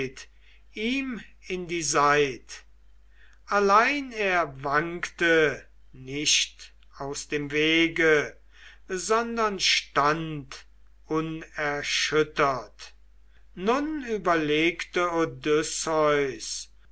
ihm in die seit allein er wankte nicht aus dem wege sondern stand unerschüttert nun überlegte